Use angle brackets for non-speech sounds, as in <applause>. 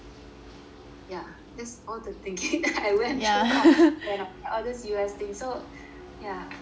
yeah that's all the thinking <breath> I went through lor then all these U_S thing so yeah